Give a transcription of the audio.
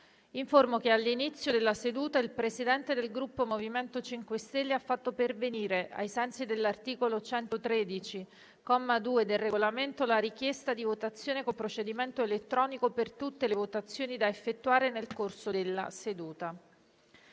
che all'inizio della seduta il Presidente del Gruppo MoVimento 5 Stelleha fatto pervenire, ai sensi dell'articolo 113, comma 2, del Regolamento, la richiesta di votazione con procedimento elettronico per tutte le votazioni da effettuare nel corso della seduta.